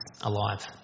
alive